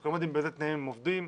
שלא יודעים באילו תנאים הם עובדים,